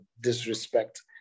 disrespect